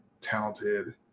talented